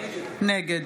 נגד